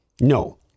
No